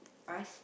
us